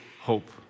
hope